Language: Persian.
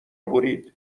برید